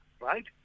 right